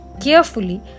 carefully